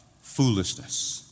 Foolishness